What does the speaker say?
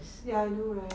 ya I know right